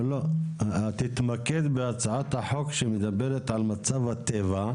תתמקד בהצעת החוק שמדברת על מצב הטבע.